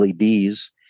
LEDs